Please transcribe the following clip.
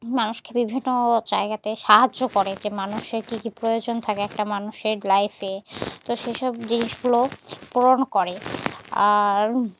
মানুষকে বিভিন্ন জায়গাতে সাহায্য করে যে মানুষের কী কী প্রয়োজন থাকে একটা মানুষের লাইফে তো সেসব জিনিসগুলো পূরণ করে আর